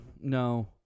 no